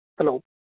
hello